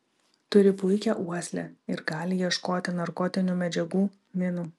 turi puikią uoslę ir gali ieškoti narkotinių medžiagų minų